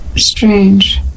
strange